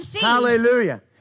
Hallelujah